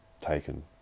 taken